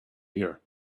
here